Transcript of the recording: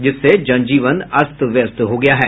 जिससे जन जीवन अस्त व्यस्त हो गया है